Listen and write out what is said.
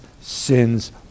sins